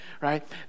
right